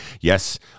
Yes